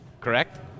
Correct